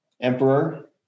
emperor